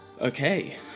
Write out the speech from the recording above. okay